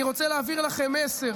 אני רוצה להעביר לכם מסר.